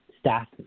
staff